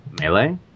Melee